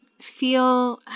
feel